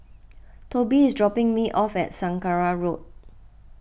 Tobie is dropping me off at Saraca Road